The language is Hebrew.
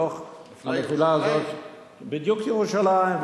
בדיוק ירושלים,